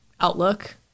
outlook